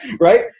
right